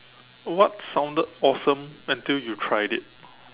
what sounded awesome until you tried it